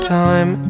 time